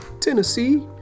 Tennessee